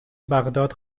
بغداد